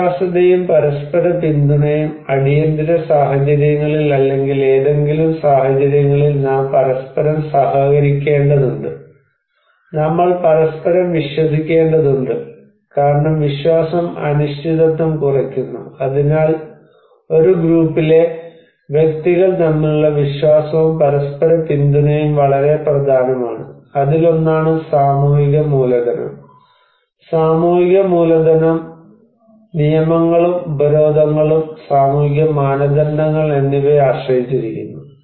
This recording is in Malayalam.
വിശ്വാസ്യതയും പരസ്പര പിന്തുണയും അടിയന്തിര സാഹചര്യങ്ങളിൽ അല്ലെങ്കിൽ ഏതെങ്കിലും സാഹചര്യങ്ങളിൽ നാം പരസ്പരം സഹകരിക്കേണ്ടതുണ്ട് നമ്മൾ പരസ്പരം വിശ്വസിക്കേണ്ടതുണ്ട് കാരണം വിശ്വാസം അനിശ്ചിതത്വം കുറയ്ക്കുന്നു അതിനാൽ ഒരു ഗ്രൂപ്പിലെ വ്യക്തികൾ തമ്മിലുള്ള വിശ്വാസവും പരസ്പര പിന്തുണയും വളരെ പ്രധാനമാണ് അതിലൊന്നാണ് സാമൂഹിക മൂലധനം സാമൂഹിക മൂലധനം നിയമങ്ങളും ഉപരോധങ്ങളും സാമൂഹിക മാനദണ്ഡങ്ങൾ എന്നിവയെ ആശ്രയിച്ചിരിക്കുന്നു